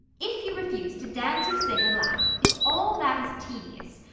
if you refuse to dance or sing or laugh, if all that is tedious,